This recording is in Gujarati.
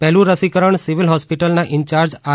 પહેલું રસીકરણ સિવિલ હોસ્પિટલના ઇન્ચાર્જ આર